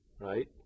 right